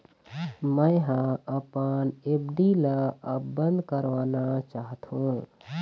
मै ह अपन एफ.डी ला अब बंद करवाना चाहथों